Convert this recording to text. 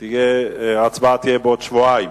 תהיה בעוד שבועיים.